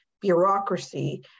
bureaucracy